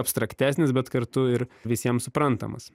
abstraktesnis bet kartu ir visiem suprantamas